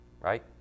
Right